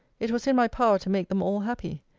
it was in my power to make them all happy.